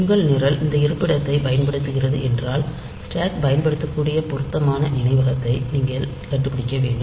உங்கள் நிரல் இந்த இருப்பிடத்தைப் பயன்படுத்துகிறது என்றால் ஸ்டேக் பயன்படுத்தக்கூடிய பொருத்தமான நினைவகத்தை நீங்கள் கண்டுபிடிக்க வேண்டும்